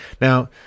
Now